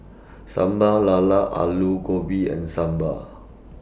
Sambal Lala Aloo Gobi and Sambal